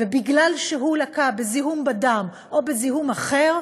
ומכיוון שהוא לקה בזיהום בדם או בזיהום אחר,